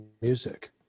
music